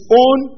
own